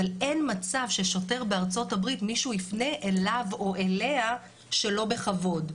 אבל אין מצב ששוטר בארצות הברית מישהו יפנה אליו או אליה שלא בכבוד.